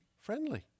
friendly